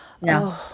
No